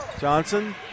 Johnson